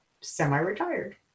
semi-retired